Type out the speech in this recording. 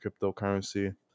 cryptocurrency